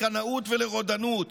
לקנאות ולרודנות.